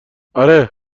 آره